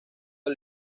del